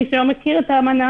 מי שלא מכיר את האמנה